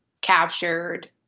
captured